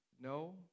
no